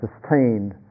sustained